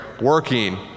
Working